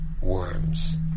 worms